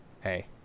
Hey